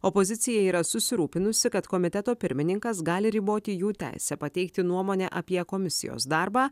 opozicija yra susirūpinusi kad komiteto pirmininkas gali riboti jų teisę pateikti nuomonę apie komisijos darbą